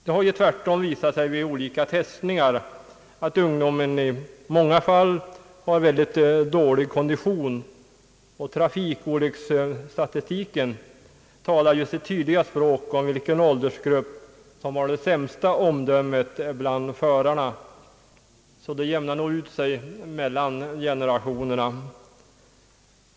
Det har ju tvärtom vid olika testningar visat sig att ungdomen i många fall har mycket dålig kondition, och trafikolycksstatistiken talar ju sitt tydliga språk om vilken åldersgrupp som har det sämsta omdömet bland förarna — så nog jämnar det ut sig mellan generationerna.